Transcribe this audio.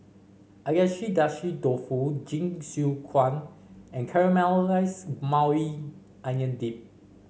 Agedashi Dofu Jingisukan and Caramelized Maui Onion Dip